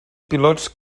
pilots